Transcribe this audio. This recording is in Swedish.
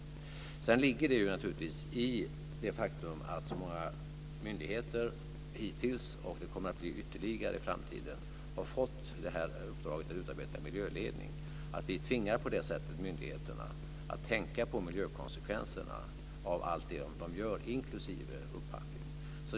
Det ligger naturligtvis något i det faktum att så många myndigheter hittills - det kommer att bli ytterligare i framtiden - har fått uppdraget att utarbeta en miljöledning. Vi tvingar på det sättet myndigheterna att tänka på miljökonsekvenserna av allt det de gör, inklusive upphandling.